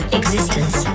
existence